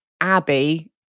Abby